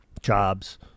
jobs